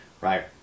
right